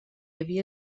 havia